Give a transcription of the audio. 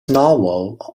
novel